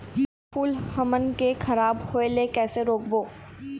फूल हमन के खराब होए ले कैसे रोकबो?